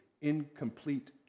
incomplete